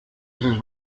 esos